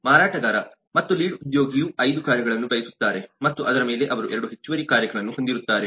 ಮಾರಾಟಗಾರ ಮತ್ತು ಲೀಡ್ ಉದ್ಯೋಗಿಯು 5 ಕಾರ್ಯಗಳನ್ನು ಬಯಸುತ್ತಾರೆ ಮತ್ತು ಅದರ ಮೇಲೆ ಅವರು 2 ಹೆಚ್ಚುವರಿ ಕಾರ್ಯಗಳನ್ನು ಹೊಂದಿರುತ್ತಾರೆ